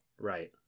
Right